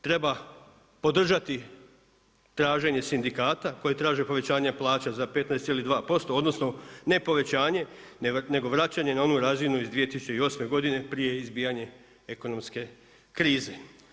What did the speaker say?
Treba podržati traženje sindikata koje traže povećanje plaća za 15,2%, odnosno ne povećanje nego vraćanje na onu razinu iz 2008. prije izbijanja ekonomske krize.